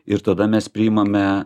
ir tada mes priimame